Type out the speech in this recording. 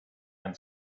and